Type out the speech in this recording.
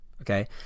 okay